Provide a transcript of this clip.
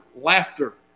laughter